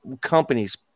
companies